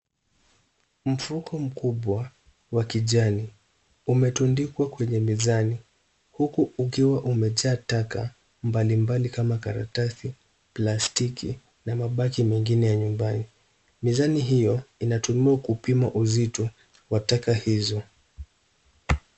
Mfuko mkubwa wa kijani umetundikwa kwenye mizani huku ukiwa umejaa taka mbalimbali kama karatasi, plastiki na mabaki mengine ya nyumbani. Mizani hiyo inatumiwa kupima uzito wa taka hizo.